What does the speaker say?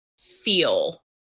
feel